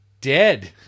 dead